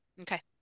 Okay